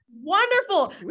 Wonderful